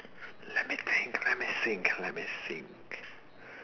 let me think let me think let me think